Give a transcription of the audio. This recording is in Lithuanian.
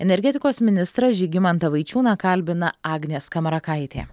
energetikos ministrą žygimantą vaičiūną kalbina agnė skamarakaitė